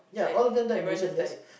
so like everyone just died